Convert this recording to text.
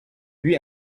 lui